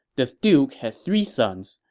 this duke had three sons.